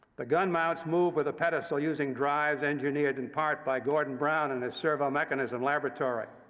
the gun mounts move with a pedestal using drives engineered in part by gordon brown and his servomechanism laboratory.